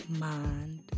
mind